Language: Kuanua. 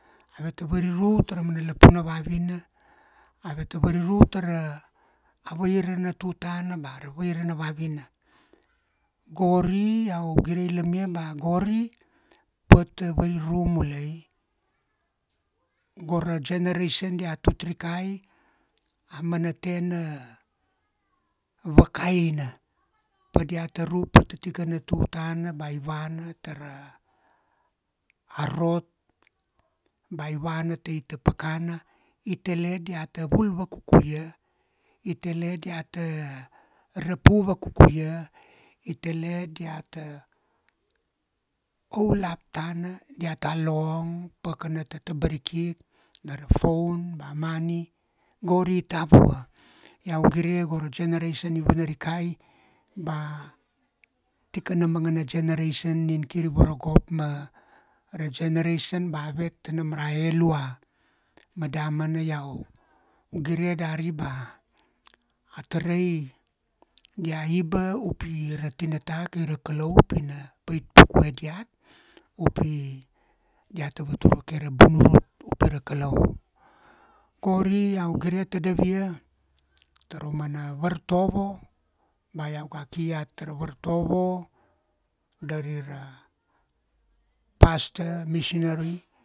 avet ta variru ta ra mana lapun na vavina, ave ta variru ta ra a vaira na tutana ba ra vaira na vavina. Gori iau gire ilamia ba gori pata variru mulai, go ra generation dia tut rikai a mana tena vakaina, pa dia ta ru pa ta tikai na tutana ba i vana ta ra a rot, ba i vana tai ta pakana i tale dia ta vul vakuku ia, i tale dia ta rapu vakuku ia, i tale dia ta hold up tana, dia ta long pakana ta tabarikik, na ra phone ba money, gori i tavua. Iau gire go ra generation i vana rikai ba tikana manga na generation nina kir i varogop ma ra generation ba avet ta nam rae lua. Ma damana iau gire dari ba, a tarai dia iba u pi ra tinata kai ra Kalau pi na pait pukue diat, u pi dia ta vatur vake ra bunurut u pi ra kalau. Gori iau gire tadav ia ta ra mana vartovo ba iau ga ki iat ta ra vartovo dari ra pastor, missionary